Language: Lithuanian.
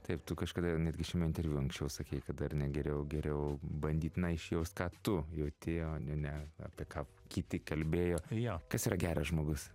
taip tu kažkada netgi šiame interviu anksčiau sakei kad dar ne geriau geriau bandyt na išjaust ką tu jauti o ne ne apie ką kiti kalbėjo kas yra geras žmogus